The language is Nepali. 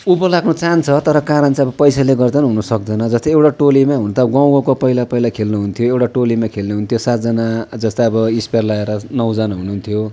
उँभो लाग्न चाहन्छ तर कारण चाहिँ अब पैसाले गर्दा पनि हुनसक्दैन जस्तै एउटा टोलीमा हुँदा गाउँ गाउँको पहिला पहिला खेल्नु हुन्थ्यो एउटा टोलीमा खेल्नुहुन्थ्यो सातजना जस्तै अब स्पेयर लगाएर नौजना हुनुहुन्थ्यो